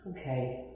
Okay